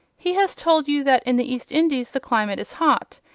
he has told you, that in the east indies the climate is hot,